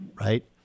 right